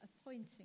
appointing